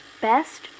best